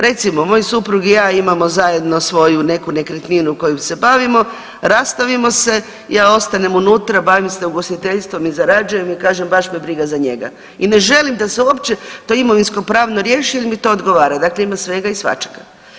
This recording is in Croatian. Recimo, moj suprug i ja imamo zajedno svoju neku nekretninu kojom se bavimo, rastavimo se, ja ostanem unutra, bavim se ugostiteljstvom i zarađujem i kažem baš me briga za njega i ne želim da se uopće to imovinskopravno riješi jer mi to odgovara, dakle ima svega i svačega.